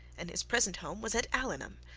and his present home was at allenham,